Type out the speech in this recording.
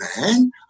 man